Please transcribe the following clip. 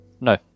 No